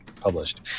published